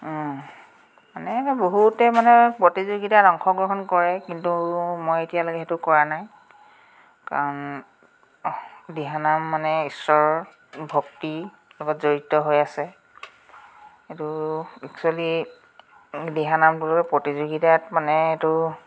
অঁ এনেকৈ বহুতে মানে প্ৰতিযোগিতাত অংশগ্ৰহণ কৰে কিন্তু মই এতিয়ালৈকে সেইটো কৰা নাই কাৰণ দিহানাম মানে ঈশ্বৰৰ ভক্তি লগত জড়িত হৈ আছে এইটো একচুৱেলি দিহানামটো প্ৰতিযোগিতাত মানে এইটো